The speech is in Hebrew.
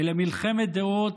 אלא מלחמת דעות.